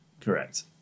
Correct